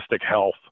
health